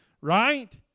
Right